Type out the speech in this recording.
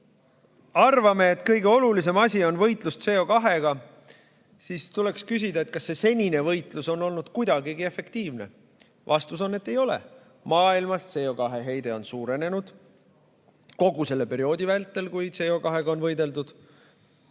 me arvame, et kõige olulisem asi on võitlus CO2-ga, siis tuleks küsida, et kas senine võitlus on olnud kuidagigi efektiivne. Vastus on, et ei ole. Maailmas CO2heide on suurenenud kogu selle perioodi vältel, kui CO2-ga on võideldud.